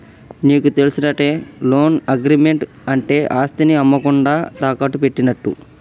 నీకు తెలుసటే, loan agreement అంటే ఆస్తిని అమ్మకుండా తాకట్టు పెట్టినట్టు